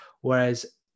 whereas